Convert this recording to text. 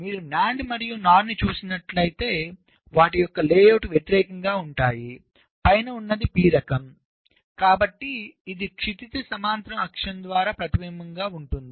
మీరు NAND మరియు NOR ని చూసినట్లయితే వాటి యొక్క లేఅవుట్లు వ్యతిరేకంగా ఉంటాయి పైన ఉన్నది p రకం కాబట్టి ఇది క్షితిజ సమాంతర అక్షం ద్వారా ప్రతిబింబంగా ఉంటుంది